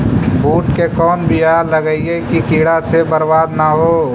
बुंट के कौन बियाह लगइयै कि कीड़ा से बरबाद न हो?